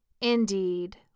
Indeed